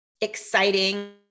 exciting